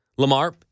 Lamar